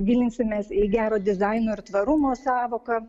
gilinsimės į gero dizaino ir tvarumo sąvoką